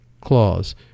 clause